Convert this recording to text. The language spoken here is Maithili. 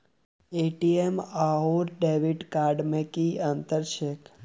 ए.टी.एम आओर डेबिट कार्ड मे की अंतर छैक?